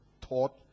taught